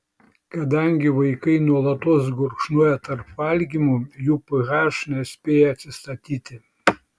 kadangi vaikai nuolatos gurkšnoja tarp valgymų jų ph nespėja atsistatyti